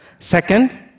Second